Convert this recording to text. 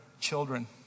children